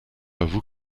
avoue